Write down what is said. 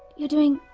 you're doing.